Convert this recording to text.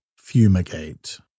fumigate